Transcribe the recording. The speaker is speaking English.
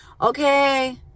Okay